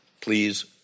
please